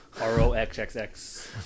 R-O-X-X-X